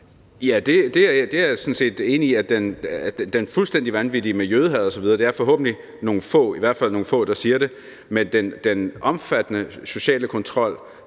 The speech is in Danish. Det er jeg sådan set enig i. Det fuldstændig vanvittige med jødehad osv. drejer sig forhåbentlig om nogle få, i hvert fald nogle få, der siger det. Men den omfattende sociale kontrol,